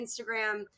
Instagram